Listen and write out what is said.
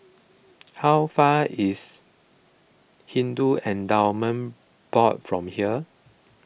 how far is Hindu Endowment Board from here